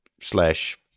slash